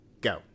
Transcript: go